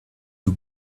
you